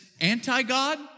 anti-God